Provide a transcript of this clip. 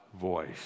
voice